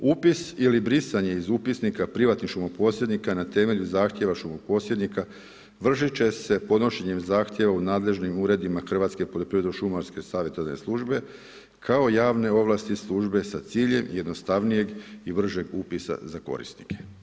Upis ili brisanje iz upisnika privatnih šumo posjednika na temelju zahtjeva šumo posjednika vršit će se podnošenjem zahtjeva u nadležnim uredima Hrvatske poljoprivredno šumarske savjetodavne službe kao javne ovlasti službe sa ciljem jednostavnijeg i bržeg upisa za korisnike.